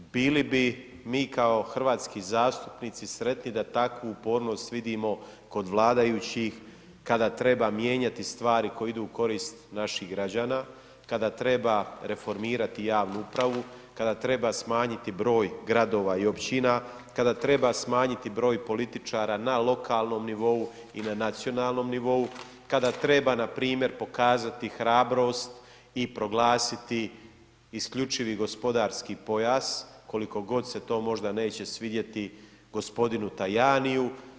Bili bi mi kao hrvatski zastupnici sretni da takvu upornost vidimo kod vladajućih kada treba mijenjati stvari koje idu u korist naših građana, kada treba reformirati javnu upravu, kada treba smanjiti broj gradova i općina, kada treba smanjiti broj političara na lokalnom nivou i nacionalnom nivou, kada treba npr. pokazati hrabrost i proglasiti isključivi gospodarski pojas, koliko god se to možda neće svidjeti gospodinu Tajaniju.